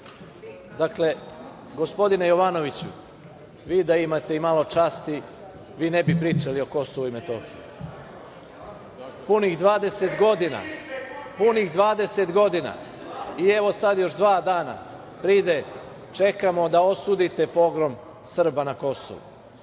dakle, gospodine Jovanoviću, vi da imate i malo časti vi ne bi pričali i Kosovu i Metohiji. Punih 20 godina i evo sada još dva dana pride čekamo da osudite pogrom Srba na Kosovu.